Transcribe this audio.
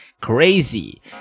crazy